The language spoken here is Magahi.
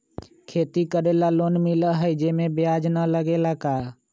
खेती करे ला लोन मिलहई जे में ब्याज न लगेला का?